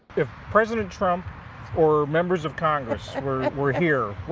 if president trump or members of congress were were here,